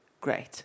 Great